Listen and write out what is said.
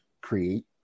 create